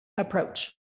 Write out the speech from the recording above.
approach